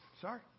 Sorry